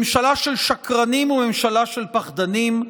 ממשלה של שקרנים וממשלה של פחדנים.